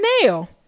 nail